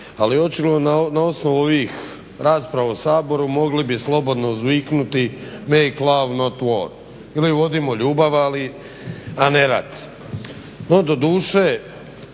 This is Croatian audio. ali očigledno na osnovu ovih rasprava u Saboru mogli bi slobodno uzviknuti make love not war, ili vodimo ljubav, a ne rat.